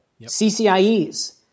CCIEs